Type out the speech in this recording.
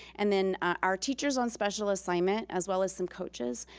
and then our teachers on special assignment, as well as some coaches,